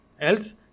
else